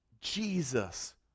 Jesus